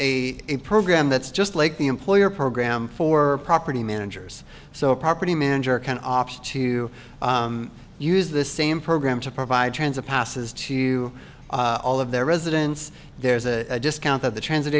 a program that's just like the employer program for property managers so a property manager can opt to use the same program to provide transit passes to all of their residents there's a discount of the transit